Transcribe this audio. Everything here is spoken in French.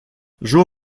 joe